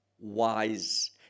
wise